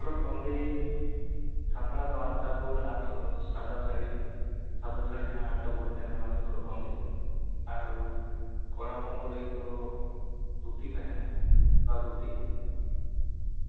ᱦᱚᱨᱚᱜ ᱵᱟᱸᱫᱮ ᱫᱚ ᱟᱞᱛᱟ ᱯᱟᱹᱲ ᱥᱟᱫᱟ ᱥᱟᱲᱤ ᱡᱟᱦᱟ ᱥᱟᱫᱟ ᱥᱟᱹᱲᱤ ᱠᱟᱱᱟ ᱚᱱᱟᱜᱮ ᱦᱚᱨᱚᱜ ᱵᱟᱸᱫᱮ ᱟᱨ ᱠᱚᱲᱟ ᱦᱚᱯᱚᱱ ᱠᱚ ᱞᱟᱹᱜᱤᱫ ᱫᱚ ᱫᱷᱩᱛᱤ ᱛᱟᱦᱮᱱᱟ ᱥᱟᱫᱟ ᱫᱷᱩᱛᱤ